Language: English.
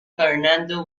fernando